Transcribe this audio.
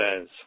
says